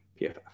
pff